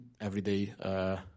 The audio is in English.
everyday